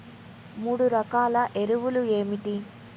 మూడు రకాల ఎరువులు ఏమిటి?